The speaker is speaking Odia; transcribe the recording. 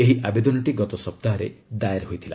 ଏହି ଆବେଦନଟି ଗତ ସପ୍ତାହରେ ଦାଏର ହୋଇଥିଲା